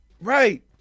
Right